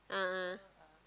a'ah